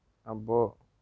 అబ్బో